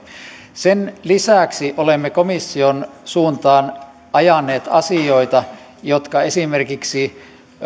sen lisäksi olemme komission suuntaan ajaneet asioita jotka esimerkiksi